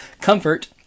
Comfort